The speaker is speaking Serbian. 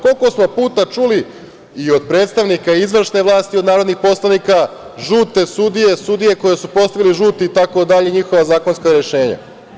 Koliko smo puta čuli i od predstavnika izvršne vlasti i od narodnih poslanika – žute sudije, sudije koje su postavili žuti, itd, njihova zakonska rešenja?